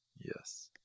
yes